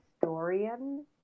historian